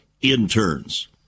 interns